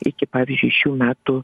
iki pavyzdžiui šių metų